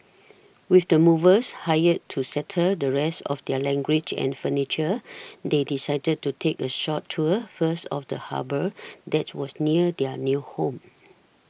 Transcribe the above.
with the movers hired to settle the rest of their luggage and furniture they decided to take a short tour first of the harbour that was near their new home